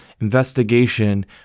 investigation